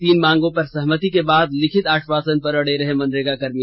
तीन मांगों पर सहमति के बाद लिखित आश्वासन पर अड़े रहे मनरेगा कर्मी